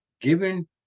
given